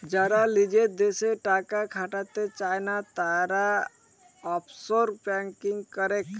যারা লিজের দ্যাশে টাকা খাটাতে চায়না, তারা অফশোর ব্যাঙ্কিং করেক